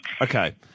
Okay